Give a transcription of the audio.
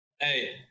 hey